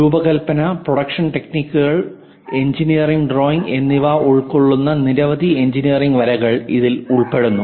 രൂപകൽപ്പന പ്രൊഡക്ഷൻ ടെക്നിക്കുകൾ engineering drawing എന്നിവ ഉൾക്കൊള്ളുന്ന നിരവധി എഞ്ചിനീയറിംഗ് വശങ്ങൾ ഇതിൽ ഉൾപ്പെടുന്നു